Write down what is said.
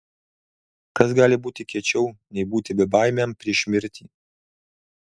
kas gali būti kiečiau nei būti bebaimiam prieš mirtį